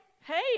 Hey